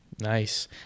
nice